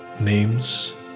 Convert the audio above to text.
Names